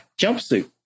jumpsuit